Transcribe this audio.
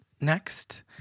next